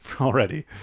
already